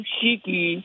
Shiki